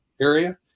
area